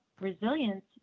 resilience